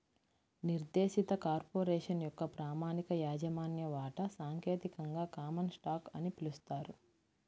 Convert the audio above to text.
నిర్దేశిత కార్పొరేషన్ యొక్క ప్రామాణిక యాజమాన్య వాటా సాంకేతికంగా కామన్ స్టాక్ అని పిలుస్తారు